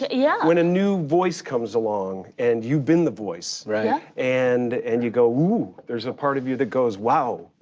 yeah. when a new voice comes along and you've been the voice yeah and and you go, ooh, there's a part of you that goes, wow.